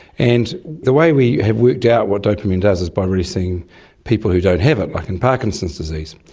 and the way we have worked out what dopamine does is by really seeing people who don't have it, like in parkinson's disease.